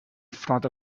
front